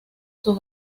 sus